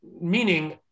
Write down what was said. meaning